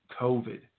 COVID